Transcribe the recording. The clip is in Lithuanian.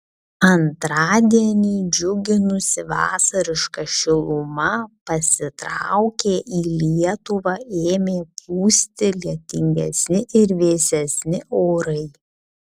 antradienį džiuginusi vasariška šiluma pasitraukė į lietuvą ėmė plūsti lietingesni ir vėsesni orai